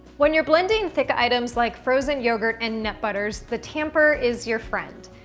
when you're blending thick items like frozen yogurt and nut butters the tamper is your friend.